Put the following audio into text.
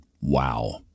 wow